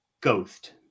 Ghost